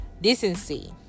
decency